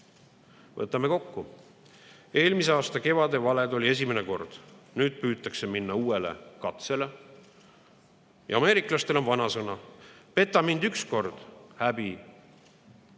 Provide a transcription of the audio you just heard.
Võtame kokku: eelmise aasta kevade valed oli esimene kord, nüüd püütakse minna uuele katsele. Ameeriklastel on vanasõna, et peta mind üks kord – häbi